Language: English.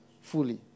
fully